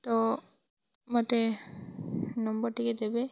ତ ମୋତେ ନମ୍ବର୍ ଟିକେ ଦେବେ